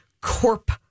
corp